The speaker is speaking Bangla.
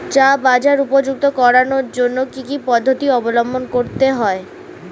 চা বাজার উপযুক্ত করানোর জন্য কি কি পদ্ধতি অবলম্বন করতে হয়?